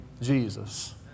Jesus